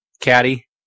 Caddy